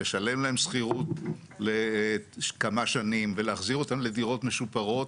לשלם להם שכירות לכמה שנים ולהחזיר אותם לדירות משופרות.